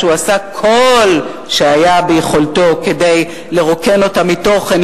שהוא עשה כל שהיה ביכולתו כדי לרוקן אותה מתוכן,